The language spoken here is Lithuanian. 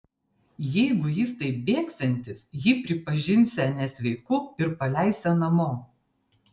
jeigu jis taip bėgsiantis jį pripažinsią nesveiku ir paleisią namo